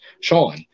Sean